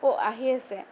অ' আহি আছে